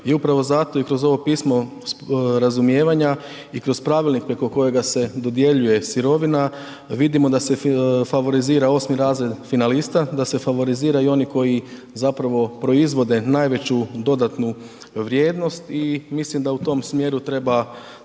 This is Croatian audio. i upravo zato i kroz ovo pismo razumijevanja i kroz pravilnik preko kojega se dodjeljuje sirovina vidimo da se favorizira 8.r. finalista, da se favorizira i oni koji zapravo proizvode najveću dodatnu vrijednost i mislim da u tom smjeru treba,